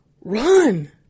Run